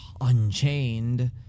unchained